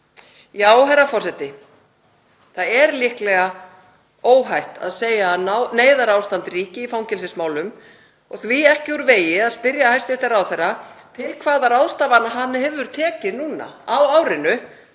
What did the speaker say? Já, herra forseti, það er líklega óhætt að segja að neyðarástand ríki í fangelsismálum og því ekki úr vegi að spyrja hæstv. ráðherra til hvaða ráðstafana hann hefur tekið núna á árinu